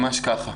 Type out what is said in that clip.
ממש ככה.